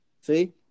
See